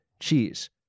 cheese